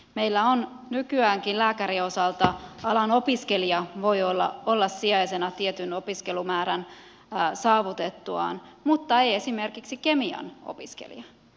meillä on nykyäänkin lääkärien osalta niin että alan opiskelija voi olla sijaisena tietyn opiskelumäärän saavutettuaan mutta ei esimerkiksi kemian opiskelija